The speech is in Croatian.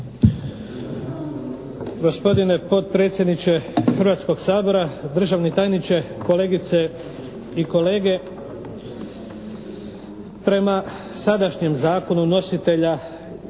Gospodine potpredsjedniče Hrvatskoga sabora, državni tajniče, kolegice i kolege! Prema sadašnjem zakonu nositelja